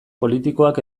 politikoak